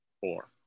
four